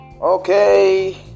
okay